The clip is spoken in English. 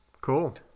Cool